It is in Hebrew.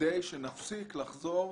כדי שנפסיק לחזור